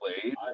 played